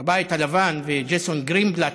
בבית הלבן, וג'ייסון גרינבלט,